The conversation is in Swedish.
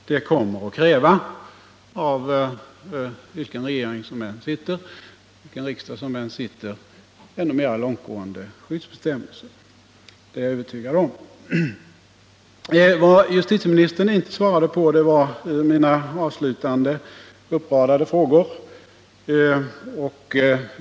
Vilken regering och vilken riksdag som än sitter kommer att tvingas ta ställning till ännu mer långtgående skyddsbestämmelser, det är jag övertygad om. Justitieministern svarade inte på mina avslutande uppradade frågor.